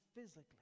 physically